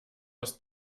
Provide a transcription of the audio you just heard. aus